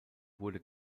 wurde